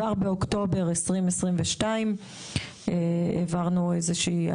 כבר באוקטובר 2022 העברנו